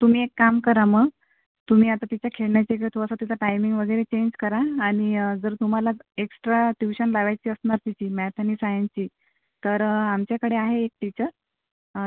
तुम्ही एक काम करा मग तुम्ही आता तिच्या खेळण्याचा इकडे थोडासा टायमींग वगैरे चेंज करा आणि जर तुम्हाला एक्स्ट्रा ट्युशन लावायची असणार तिची मॅथ आणि सायन्सची तर आमच्याकडे आहे एक टिचर